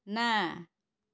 ନା